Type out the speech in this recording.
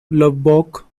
lubbock